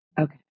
Okay